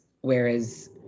Whereas